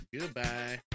Goodbye